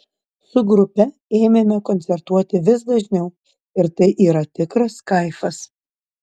su grupe ėmėme koncertuoti vis dažniau ir tai yra tikras kaifas